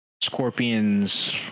scorpions